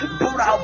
bura